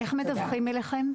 איך מדווחים אליכם?